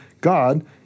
God